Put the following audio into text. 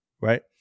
Right